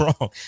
wrong